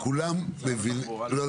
לא,